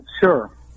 Sure